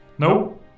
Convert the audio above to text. No